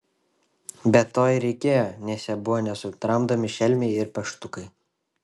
bet to ir reikėjo nes jie buvo nesutramdomi šelmiai ir peštukai